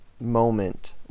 moment